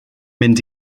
mynd